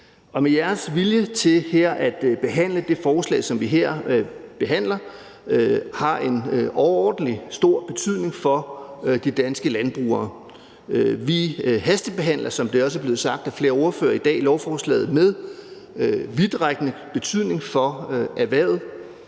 tingene. Jeres vilje til her at behandle det forslag, som vi her har til behandling, har en overordentlig stor betydning for de danske landbrugere. Vi hastebehandler, som det også er blevet sagt af flere ordførere i dag, et lovforslag med vidtrækkende betydning for erhvervet.